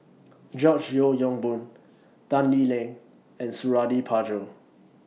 George Yeo Yong Boon Tan Lee Leng and Suradi Parjo